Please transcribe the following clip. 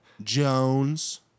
Jones